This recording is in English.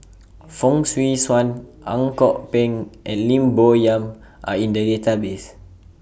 Fong Swee Suan Ang Kok Peng and Lim Bo Yam Are in The Database